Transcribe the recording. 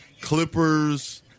Clippers